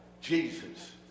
Jesus